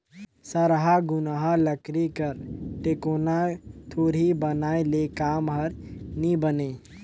सरहा घुनहा लकरी कर टेकोना धूरी बनाए ले काम हर नी बने